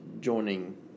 joining